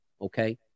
Okay